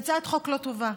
היא הצעת חוק לא טובה.